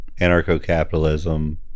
anarcho-capitalism